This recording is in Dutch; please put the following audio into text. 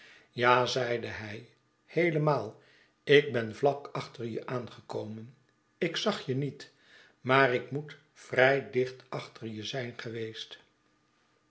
ja zeide hij heelemaal ik ben vlak achter je aangekomen ik zag je niet maar ik moet vrij dicht achter je zijn geweest